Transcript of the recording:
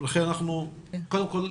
קודם כול,